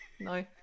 no